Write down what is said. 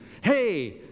hey